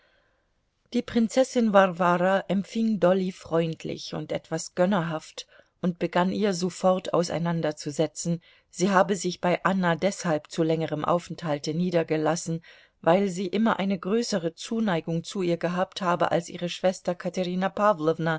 die prinzessin warwara empfing dolly freundlich und etwas gönnerhaft und begann ihr sofort auseinanderzusetzen sie habe sich bei anna deshalb zu längerem aufenthalte niedergelassen weil sie immer eine größere zuneigung zu ihr gehabt habe als ihre schwester katerina